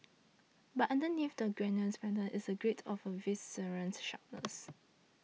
but underneath the genial banter is a great of a visceral sharpness